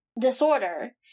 disorder